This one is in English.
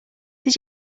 did